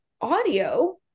audio